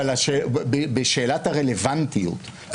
אבל בשאלת הרלוונטיות,